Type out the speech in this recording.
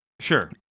Sure